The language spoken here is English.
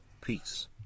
peace